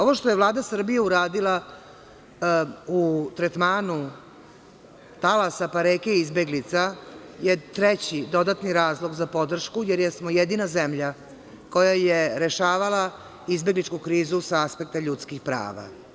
Ovo što je Vlada Srbije uradila u tretmanu talasa, pa reke izbeglica je treći dodatni razlog za podršku, jer smo jedina zemlja koja je rešavala izbegličku krizu sa aspekta ljudskih prava.